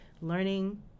learning